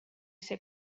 ser